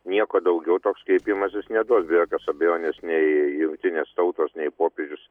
nieko daugiau toks kreipimasis neduos be jokios abejonės nei jungtinės tautos nei popiežius